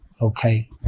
okay